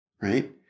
right